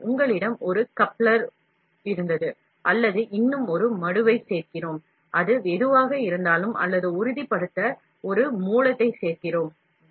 எனவே எங்களிடம் ஒரு கப்ளர் இருந்தது அல்லது இன்னும் ஒரு மடுவைச் சேர்க்கிறோம் அது எதுவாக இருந்தாலும் அல்லது உறுதிப்படுத்த ஒரு மூலத்தைச் சேர்க்கிறோம்